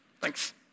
Thanks